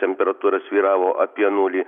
temperatūra svyravo apie nulį